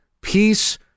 peace